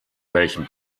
welchem